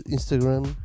Instagram